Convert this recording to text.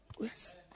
Yes